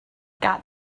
got